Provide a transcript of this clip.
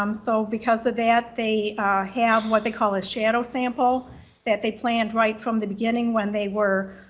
um so because of that they have what they call a shadow sample that they planned right from the beginning when they were